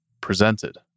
presented